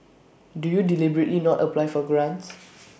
do you deliberately not apply for grants